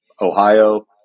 Ohio